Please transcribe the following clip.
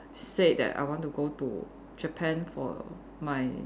said that I want to go to Japan for my